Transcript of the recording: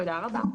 תודה רבה.